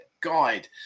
guide